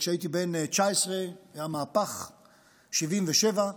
כשהייתי בן 19 היה המהפך של 77',